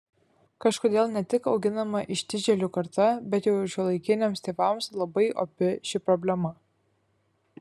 kažkodėl ne tik auginama ištižėlių karta bet jau ir šiuolaikiniams tėvams labai opi ši problema